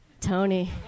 Tony